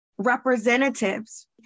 representatives